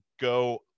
go